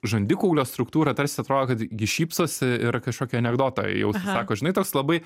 žandikaulio struktūra tarsi atrodo kad ji šypsosi ir kažkokį anekdotą jau sako žinai toks labai